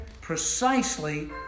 precisely